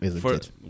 First